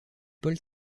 paul